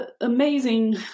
amazing